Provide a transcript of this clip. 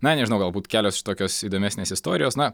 na nežinau galbūt kelios tokios įdomesnės istorijos na